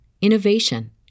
innovation